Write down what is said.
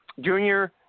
Junior